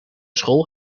school